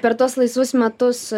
per tuos laisvus metus